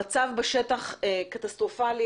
המצב בשטח קטסטרופלי,